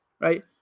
right